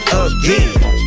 again